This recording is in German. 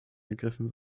ergriffen